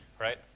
right